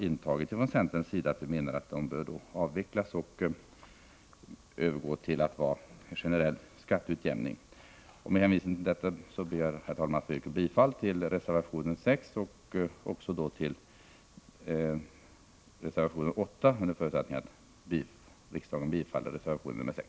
Vi menar att dessa bör avvecklas och att man bör övergå till en generell skatteutjämning. Med hänvisning till detta ber jag, herr talman, att få yrka bifall till reservation 6 och till reservation 8 under förutsättning att riksdagen bifaller reservation 6.